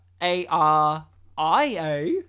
A-R-I-A